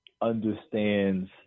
understands